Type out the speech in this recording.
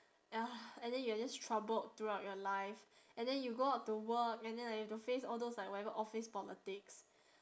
ya and then you are just troubled throughout your life and then you go out to work and then like you have to face all those like whatever office politics